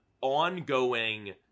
ongoing